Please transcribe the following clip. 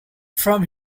from